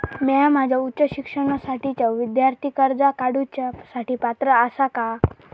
म्या माझ्या उच्च शिक्षणासाठीच्या विद्यार्थी कर्जा काडुच्या साठी पात्र आसा का?